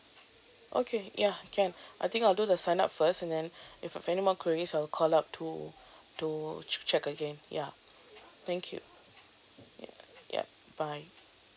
okay yeah can I think I'll do the sign up first and then if I have anymore queries I'll call up to to ch~ check again ya thank you yup yup bye